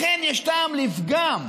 לכן יש טעם לפגם,